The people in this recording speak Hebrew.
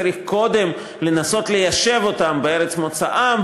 צריך קודם לנסות ליישב אותם בארץ מוצאם,